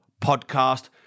podcast